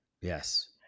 Yes